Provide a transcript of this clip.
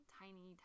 tiny